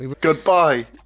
Goodbye